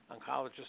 oncologist